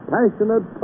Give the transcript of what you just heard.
Passionate